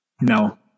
no